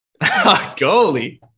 Goalie